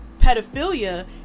pedophilia